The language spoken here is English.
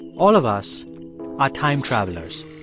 all of us are time travelers.